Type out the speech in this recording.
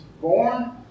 born